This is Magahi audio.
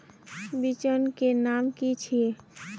बिचन के नाम की छिये?